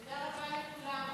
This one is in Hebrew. תודה רבה לכולם.